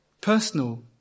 Personal